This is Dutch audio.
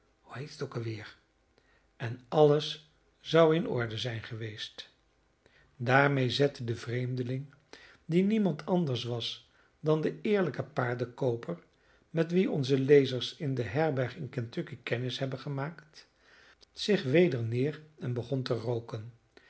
heet het ook weer en alles zou in orde zijn geweest daarmede zette de vreemdeling die niemand anders was dan de eerlijke paardenkooper met wien onze lezers in de herberg in kentucky kennis hebben gemaakt zich weder neer en begon te rooken